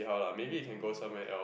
go toilet